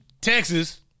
Texas